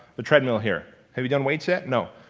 the treadmill here, have you done waits yet? no.